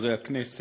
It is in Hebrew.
חברי הכנסת,